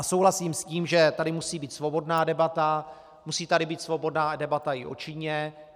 Souhlasím s tím, že tady musí být svobodná debata, musí tady být svobodná debata i o Číně.